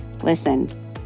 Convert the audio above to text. Listen